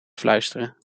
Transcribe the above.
fluisteren